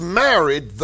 married